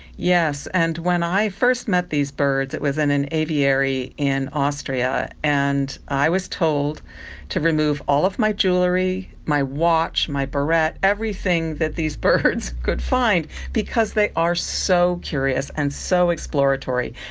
yes, and when i first met these birds it was in an aviary in austria, and i was told to remove all of my jewellery, my watch, my barrette, everything that these birds could find because they are so curious and so exploratory,